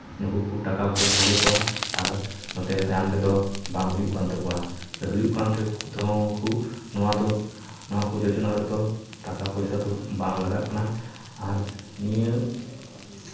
ᱱᱩᱠᱩ ᱠᱚ ᱴᱟᱠᱟ ᱠᱚᱠᱚ ᱴᱷᱚᱠ ᱮᱜ ᱠᱚᱣᱟ ᱟᱨ ᱱᱚᱛᱮ ᱛᱟᱭᱚᱢ ᱛᱮᱫᱚ ᱵᱟᱝ ᱦᱩᱭᱩᱜ ᱠᱟᱱ ᱛᱟᱠᱚᱣᱟ ᱥᱮ ᱦᱩᱭᱩᱜ ᱠᱟᱱ ᱛᱟᱠᱚ ᱛᱮᱦᱚᱸ ᱩᱱᱠᱩ ᱱᱚᱣᱟᱫᱚ ᱱᱚᱣᱟᱠᱚ ᱡᱳᱡᱚᱱᱟ ᱨᱮᱫᱚ ᱴᱟᱠᱟ ᱯᱚᱭᱥᱟᱫᱚ ᱵᱟᱝ ᱞᱟᱜᱟᱜ ᱠᱟᱱᱟ ᱟᱨ ᱱᱤᱭᱟᱹ